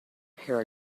her